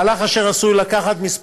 מהלך אשר עשוי לקחת כמה חודשים,